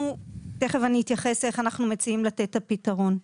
ותיכף אני אתייחס איך אנחנו מציעים לתת את הפתרון,